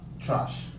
trash